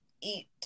eat